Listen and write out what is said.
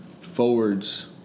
forwards